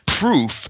proof